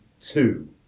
two